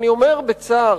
אני אומר בצער,